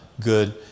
good